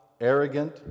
arrogant